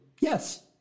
yes